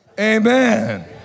Amen